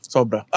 Sobra